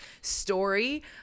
story